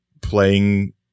playing